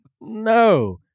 No